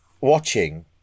watching